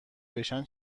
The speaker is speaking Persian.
بشن